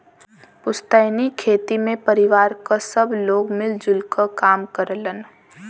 पुस्तैनी खेती में परिवार क सब लोग मिल जुल क काम करलन